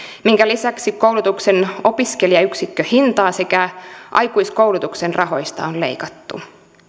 minkä lisäksi koulutuksen opiskelijayksikköhintaa sekä aikuiskoulutuksen rahoista on leikattu